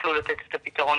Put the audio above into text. יוכלו לתת את הפתרון.